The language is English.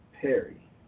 Perry